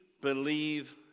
believe